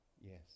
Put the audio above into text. Yes